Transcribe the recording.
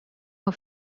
her